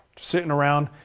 sitting around.